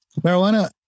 Marijuana